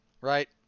right